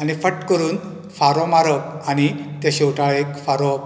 आनी फट करून फारो मारप आनी त्या शवटाळेक फारोवप